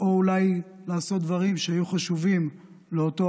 או אולי לעשות דברים שהיו חשובים לאותו